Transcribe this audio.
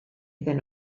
iddyn